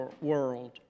world